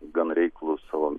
gan reiklus savo